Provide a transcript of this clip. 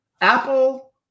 Apple